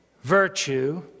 Virtue